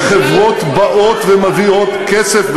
וחברות באות ומביאות כסף,